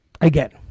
again